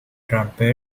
trumpet